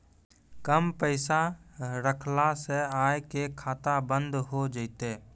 कम पैसा रखला से अहाँ के खाता बंद हो जैतै?